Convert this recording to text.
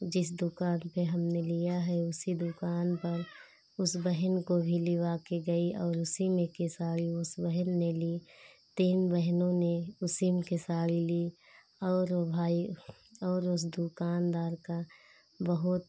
जिस दुकान पर हमने लिया है उसी दुकान पर उस बहन को भी लेवाकर गई और उसी में की साड़ी उस बहन ने ली तीन बहनों ने उसी में की साड़ी ली और वो भाई और उस दुकानदार का बहुत